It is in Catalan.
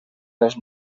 els